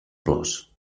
plors